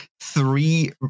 three